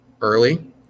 early